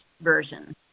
version